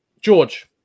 George